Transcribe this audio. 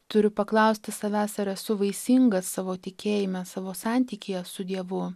turiu paklausti savęs ar esu vaisingas savo tikėjime savo santykyje su dievu